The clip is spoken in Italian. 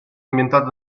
ambientate